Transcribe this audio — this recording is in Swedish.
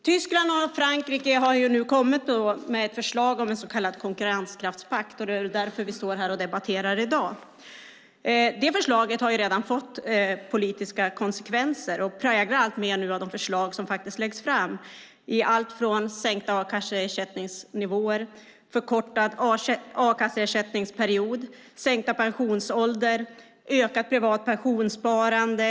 Tyskland och Frankrike har nu kommit med ett förslag om en så kallad konkurrenskraftspakt, och det är därför vi står här och debatterar i dag. Det förslaget har redan fått politiska konsekvenser och präglar nu allt fler av de förslag som läggs fram i allt från sänkta a-kasseersättningsnivåer, förkortad a-kasse-ersättningsperiod, sänkt pensionsålder och ökat privat pensionssparande.